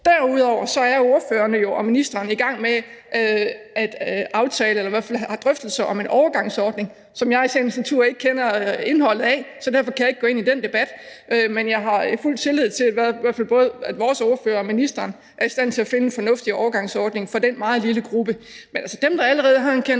Derudover er ordførerne og ministeren jo i gang med at aftale eller i hvert fald have drøftelser om en overgangsordning, som jeg i sagens natur ikke kender indholdet af, så derfor kan jeg ikke gå ind i den debat, men jeg har fuld tillid til, at i hvert fald både vores ordfører og ministeren er i stand til finde en fornuftig overgangsordning for den meget lille gruppe. Men altså, dem, der allerede har en